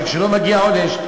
אבל כשלא מגיע העונש,